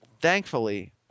thankfully